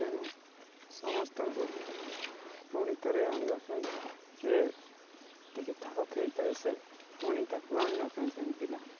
ତେଣୁ ସମସ୍ତଙ୍କୁ ପୁଣିି ଥରେ ଆଣିବା ପାଇଁ ଯିଏ ଟିକେ ସେ ପୁଣି ତାକୁ ଆଣିବା ପାଇଁ ଯେଇଥିଲା